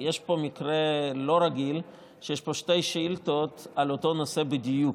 יש פה מקרה לא רגיל שיש פה שתי שאילתות על אותו נושא בדיוק.